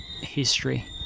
history